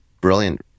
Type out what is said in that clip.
brilliant